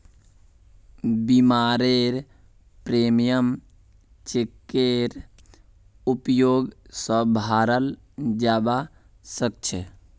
बीमारेर प्रीमियम चेकेर उपयोग स भराल जबा सक छे